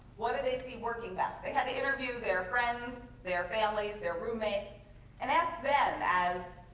what do they see working best? they had to interview their friends, their families, their roommates and ask them as